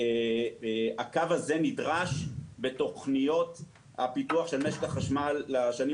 הקו הזה נדרש בתוכניות הפיתוח של משק החשמל לשנים